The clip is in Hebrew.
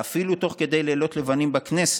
ואפילו תוך כדי לילות לבנים בכנסת.